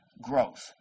growth